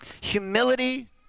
Humility